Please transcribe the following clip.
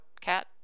cat